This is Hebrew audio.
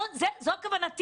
זו הייתה כוונתי,